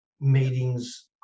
meetings